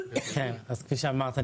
אז כפי שאמרת,